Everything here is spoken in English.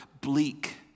bleak